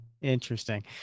interesting